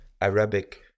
Arabic